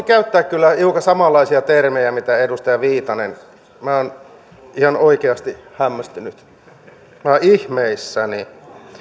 käyttää kyllä hiukan samanlaisia termejä kuin edustaja viitanen minä olen ihan oikeasti hämmästynyt olen ihmeissäni